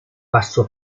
passò